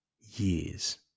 years